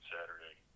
Saturday